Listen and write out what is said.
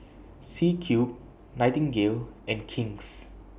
C Cube Nightingale and King's